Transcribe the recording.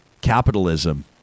capitalism